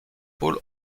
paul